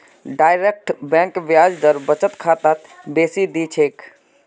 direct bank ब्याज दर बचत खातात बेसी दी छेक